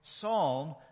Psalm